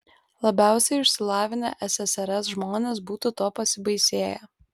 labiausiai išsilavinę ssrs žmonės būtų tuo pasibaisėję